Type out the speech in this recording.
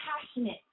passionate